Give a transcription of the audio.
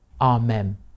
Amen